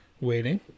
Waiting